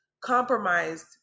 compromised